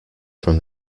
from